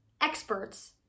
experts